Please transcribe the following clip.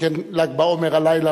שכן ל"ג בעומר הלילה,